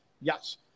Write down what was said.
yes